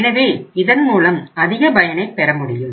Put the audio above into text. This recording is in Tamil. எனவே இதன் மூலம் அதிக பயனைப் பெற முடியும்